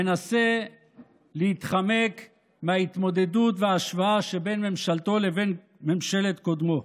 מנסה להתחמק מההתמודדות וההשוואה שבין ממשלתו לבין ממשלת קודמו.